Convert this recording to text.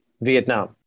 Vietnam